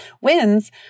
wins